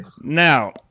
Now